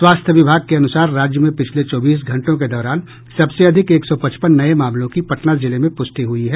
स्वास्थ्य विभाग के अनुसार राज्य में पिछले चौबीस घंटों के दौरान सबसे अधिक एक सौ पचपन नये मामलों की पटना जिले में प्रष्टि हुई है